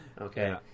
Okay